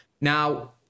Now